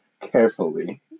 carefully